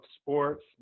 sports